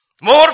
More